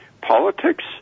politics